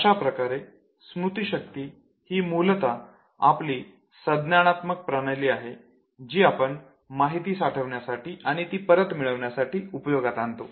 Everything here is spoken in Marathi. अशाप्रकारे स्मृतीशक्ती ही मूलतः आपली संज्ञानात्मक प्रणाली आहे जी आपण माहिती साठवण्यासाठी आणि ती परत मिळवण्यासाठी उपयोगात आणतो